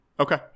okay